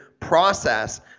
Process